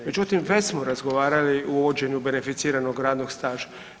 Međutim, već smo razgovarali o uvođenju beneficiranog radnog staža.